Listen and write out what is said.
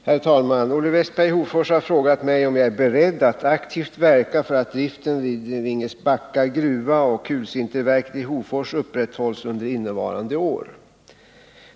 Herr talman! Olle Westberg i Hofors har frågat mig om jag är beredd att aktivt verka för att driften vid Vingesbacke gruva och kulsinterverket i Hofors upprätthålls under innevarande år.